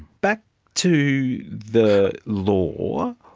back to the law,